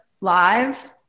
live